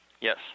Yes